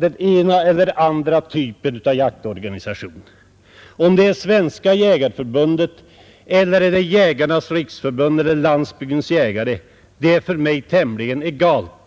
den ena eller andra typen av jaktorganisa Läkdsbved ” tion — om det är Svenska jägareförbundet, Jägarnas riksförbund eller ee JSKen Landsbygdens jägare är för mig tämligen egalt.